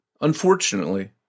Unfortunately